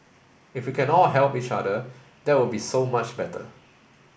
if we can all help each other that would be so much better